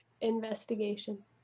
investigation